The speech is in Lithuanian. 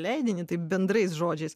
leidinį taip bendrais žodžiais